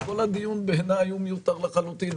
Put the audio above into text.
בעיניי כל הדיון מיותר לחלוטין.